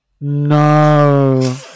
No